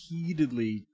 repeatedly